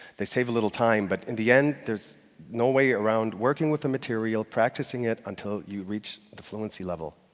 they save a little time, but in the end, there's no way around working with the material, practicing it, until you reach the fluency level.